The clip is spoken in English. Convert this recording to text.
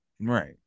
Right